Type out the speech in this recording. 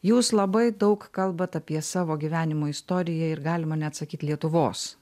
jūs labai daug kalbat apie savo gyvenimo istoriją ir galima net sakyt lietuvos